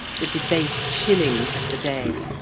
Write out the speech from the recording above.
the debased shillings of the day,